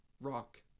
Rock